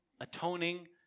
atoning